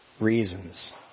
reasons